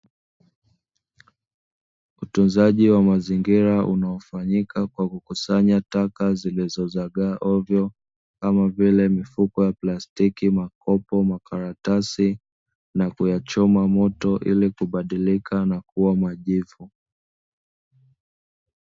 Utunzaji wa mazingira unaofanyika kwa kukusanya taka zilizo zagaa ovyo kama vile: mifuko ya plastiki, makopo, makaratasi na kuyachoma moto ili kubadilika na kuwa majivu.